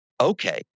okay